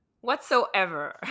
whatsoever